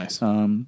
Nice